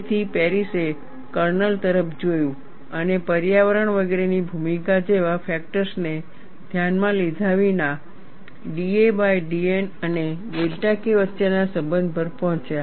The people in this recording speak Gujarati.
તેથી પેરિસે કર્નલ તરફ જોયું અને પર્યાવરણ વગેરેની ભૂમિકા જેવા ફેક્ટર્સ ને ધ્યાનમાં લીધા વિના da by dN અને ડેલ્ટા K વચ્ચેના સંબંધ પર પહોંચ્યા